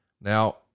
now